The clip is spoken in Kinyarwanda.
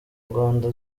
rwanda